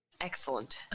Excellent